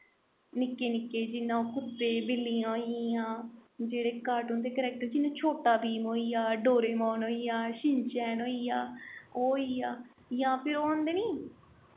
निक्के निक्के जियां कुत्ते बिल्लियां होई गेइयां जेह्ड़े कार्टून दे करैक्टर जियां छोटा भीम होई गेआ डोरेमोन हाई गेआ शिनचैंन होई गेआ ओह् होई गेआ जां फिर ओह् होंदे नी